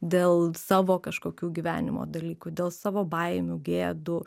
dėl savo kažkokių gyvenimo dalykų dėl savo baimių gėdų